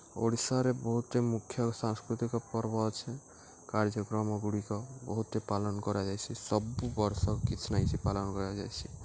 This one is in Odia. ଓଡ଼ିଶାରେ ବହୁତ୍ଟେ ମୁଖ୍ୟ ସାଂସ୍କୃତିକ ପର୍ବ ଅଛେ କାର୍ଯ୍ୟକ୍ରମଗୁଡ଼ିକ ବହୁତ୍ଟେ ପାଳନ୍ କରାଯାଏସି ସବୁ ବର୍ଷ କିଛି ନା କିଛିି ପାଳନ୍ କରାଯାଏସି